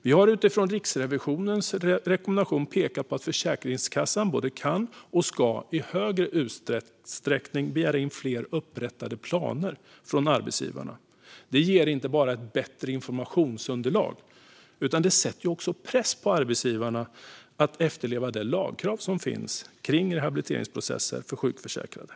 Vi har utifrån Riksrevisionens rekommendation pekat på att Försäkringskassan i större utsträckning både kan och ska begära in fler upprättade planer från arbetsgivarna. Det ger inte bara ett bättre informationsunderlag utan sätter också press på arbetsgivarna att efterleva det lagkrav som finns på rehabiliteringsprocesser för sjukförsäkrade.